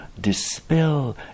dispel